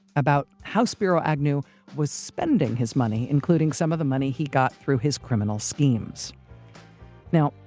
about how spiro agnew was spending his money, including some of the money he got through his criminal schemes now,